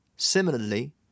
Similarly